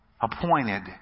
Appointed